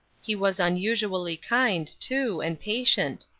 he was unusually kind, too, and patient.